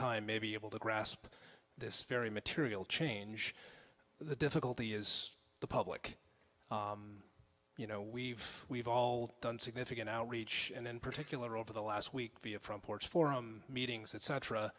time may be able to grasp this very material change the difficulty is the public you know we've we've all done significant outreach and in particular over the last week via from ports forum meetings et